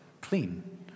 clean